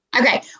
Okay